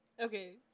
okay